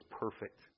perfect